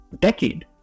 decade